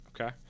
Okay